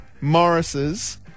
Morris's